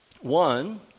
One